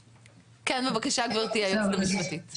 כן, בבקשה גבירתי היועצת המשפטית.